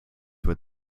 what